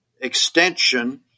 extension